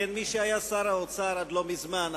כמי שהיה שר האוצר עד לא מזמן,